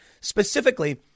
specifically